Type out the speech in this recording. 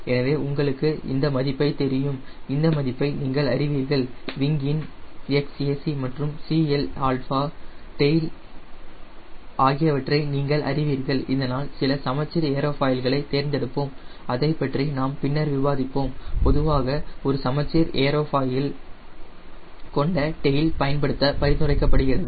எனவே உங்களுக்கு இந்த மதிப்பை தெரியும் இந்த மதிப்பை நீங்கள் அறிவீர்கள் விங்கின் Xac மற்றும் CLα டெயில் ஆகியவற்றை நீங்கள் அறிவீர்கள் இதனால் சில சமச்சீர் ஏரோஃபாயில்களை தேர்ந்தெடுப்போம் அதைப் பற்றி நாம் பின்னர் விவாதிப்போம் பொதுவாக ஒரு சமச்சீர் ஏரோஃபாயில் கொண்ட டெயில் பயன்படுத்த பரிந்துரைக்கப்படுகிறது